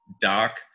Doc